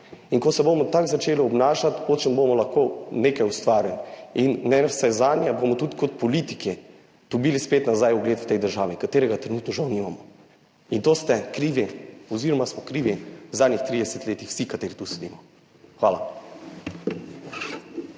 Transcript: In ko se bomo tako začeli obnašati, po čem bomo lahko nekaj ustvarili in ne navsezadnje bomo tudi kot politiki dobili spet nazaj ugled v tej državi, katerega trenutno žal nimamo. In to ste krivi oziroma smo krivi v zadnjih trideset letih vsi, kateri tu sedimo. Hvala.